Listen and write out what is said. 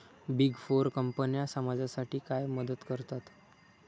Big four कंपन्या समाजासाठी काय मदत करतात?